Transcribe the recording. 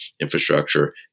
infrastructure